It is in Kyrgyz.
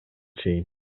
чейин